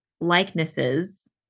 likenesses